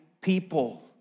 people